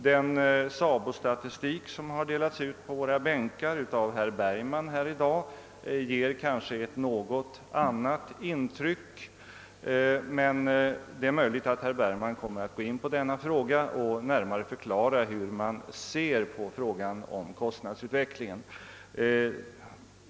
Den SABO-statistik, som i dag har delats ut på våra bänkar av herr Bergman, ger kanske i viss mån ett annat intryck — det är dock möjligt att herr Bergman kommer att gå in på denna fråga och närmare förklara hur man ser på kostnadsutvecklingen.